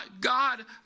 God